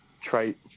trait